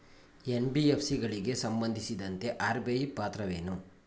NBFC ಗಳಿಗೆ ಸಂಬಂಧಿಸಿದಂತೆ RBI ಪಾತ್ರವೇನು?